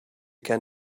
can